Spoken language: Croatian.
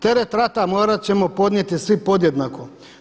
Teret rata morat ćemo podnijeti svi podjednako.